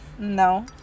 no